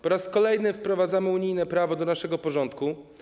Po raz kolejny wprowadzamy unijne prawo do naszego porządku.